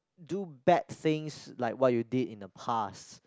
do bad things like what you did in the past